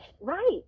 right